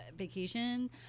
vacation